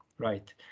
right